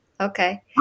Okay